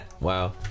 Wow